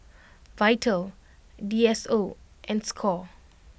Vital D S O and Score